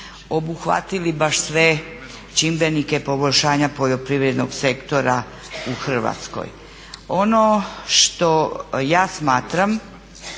obuhvatili baš sve čimbenike poboljšanja poljoprivrednog sektora u Hrvatskoj. Ono što ja smatram